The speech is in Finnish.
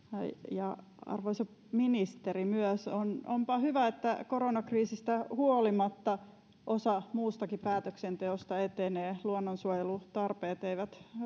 ja arvoisa ministeri myös onpa hyvä että koronakriisistä huolimatta osa muustakin päätöksenteosta etenee luonnonsuojelutarpeet eivät